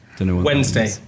Wednesday